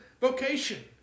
vocation